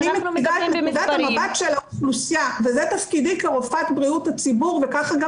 אני מנקודת המבט של האוכלוסייה וזה תפקידי כרופאת בריאות הציבור וכך גם